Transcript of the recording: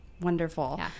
Wonderful